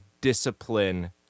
discipline